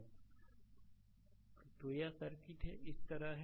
slide समय देखें 0115 तो यह सर्किट इस तरह है